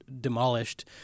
demolished